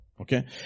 Okay